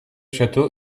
château